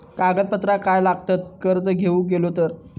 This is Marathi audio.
कागदपत्रा काय लागतत कर्ज घेऊक गेलो तर?